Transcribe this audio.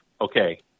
okay